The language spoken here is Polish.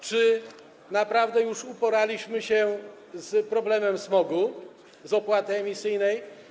Czy naprawdę już uporaliśmy się z problemem smogu, z opłatą emisyjną?